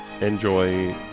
enjoy